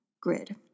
grid